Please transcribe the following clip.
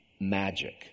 magic